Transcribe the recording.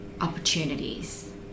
opportunities